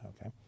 okay